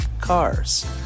cars